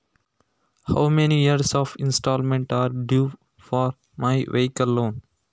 ನನ್ನ vehicle loan ಗೆ ಎಷ್ಟು ವರ್ಷದ ಇನ್ಸ್ಟಾಲ್ಮೆಂಟ್ ಬಾಕಿ ಇದೆ?